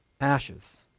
ashes